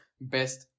best